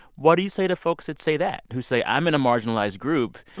what do you say to folks that say that, who say i'm in a marginalized group,